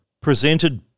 presented